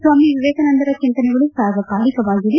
ಸ್ನಾಮಿ ವಿವೇಕಾನಂದರ ಚಿಂತನೆಗಳು ಸಾರ್ವಕಾಲಿಕವಾಗಿವೆ